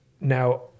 now